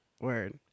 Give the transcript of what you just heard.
Word